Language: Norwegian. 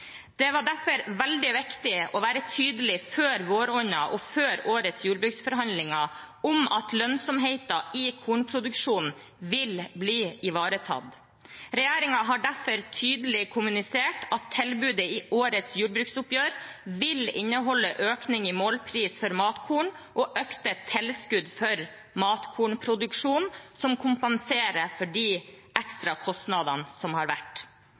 Det var derfor veldig viktig å være tydelig, før våronna og før årets jordbruksforhandlinger, på at lønnsomheten i kornproduksjonen vil bli ivaretatt. Regjeringen har derfor tydelig kommunisert at tilbudet i årets jordbruksoppgjør vil inneholde økning i målpris for matkorn og økte tilskudd for matkornproduksjonen som kompenserer for de ekstra kostnadene som har vært.